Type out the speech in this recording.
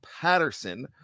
Patterson